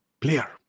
player